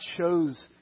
chose